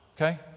okay